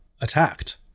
attacked